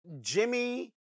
Jimmy